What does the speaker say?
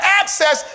access